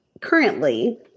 currently